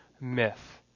myth